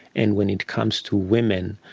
and when it comes to women,